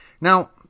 Now